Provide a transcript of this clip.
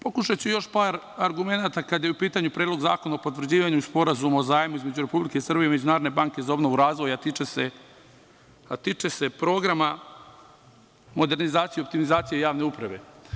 Pokušaću još par argumenata kada je u pitanju Predlog zakona o potvrđivanju Sporazuma o zajmu između Republike Srbije i Narodne banke za obnovu i razvoj, a tiče se programa modernizacije i optimizacije javne uprave.